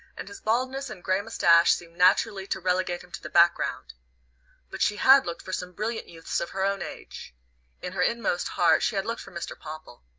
and his baldness and grey moustache seemed naturally to relegate him to the background but she had looked for some brilliant youths of her own age in her inmost heart she had looked for mr. popple.